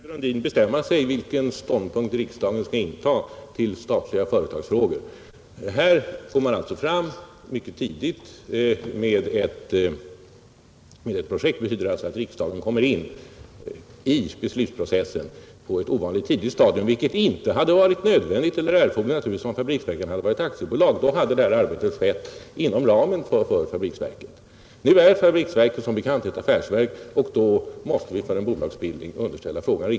Herr talman! Herr Brundins senaste inlägg ger mig anledning att uppmana honom att bestämma sig för vilken ståndpunkt riksdagen skall inta till statliga företagsfrågor. Här förelägger vi riksdagen mycket tidigt ett projekt. Det betyder alltså att riksdagen kommer in i beslutsprocessen på ett ovanligt tidigt stadium, vilket naturligtvis inte hade varit nödvändigt eller erforderligt, om fabriksverken varit aktiebolag. Då hade det arbetet skett inom ramen för fabriksverkens befogenheter. Nu är fabriksverken som bekant ett affärsverk, och då måste frågan om en bolagsbildning underställas riksdagen.